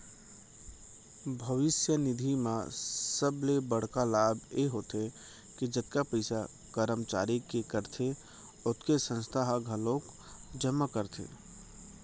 भविस्य निधि म सबले बड़का लाभ ए होथे के जतका पइसा करमचारी के कटथे ओतके संस्था ह घलोक जमा करथे